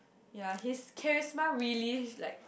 ya his charisma really is like